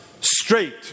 straight